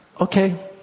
Okay